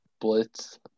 blitz